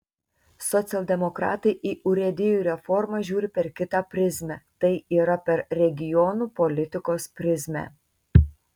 socialdemokratai į urėdijų reformą žiūri per kitą prizmę tai yra per regionų politikos prizmę